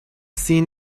seen